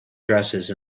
dresses